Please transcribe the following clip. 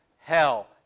Hell